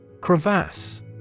Crevasse